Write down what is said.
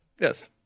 Yes